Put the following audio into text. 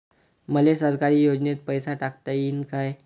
मले सरकारी योजतेन पैसा टाकता येईन काय?